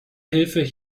hilfe